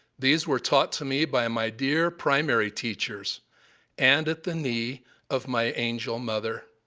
these were taught to me by my dear primary teachers and at the knee of my angel mother.